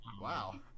Wow